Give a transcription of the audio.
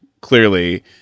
clearly